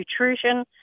nutrition